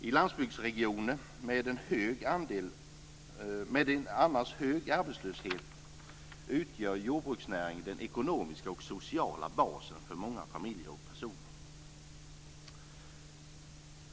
I landsbygdsregioner med en annars hög arbetslöshet utgör jordbruksnäringen den ekonomiska och sociala basen för många familjer och personer.